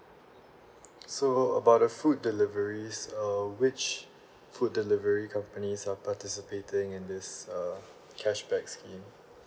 so about the food deliveries err which food delivery companies are participating in this uh cashback scheme